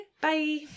Bye